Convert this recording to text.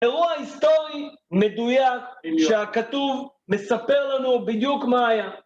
אירוע היסטורי מדויק שהכתוב מספר לנו בדיוק מה היה.